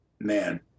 man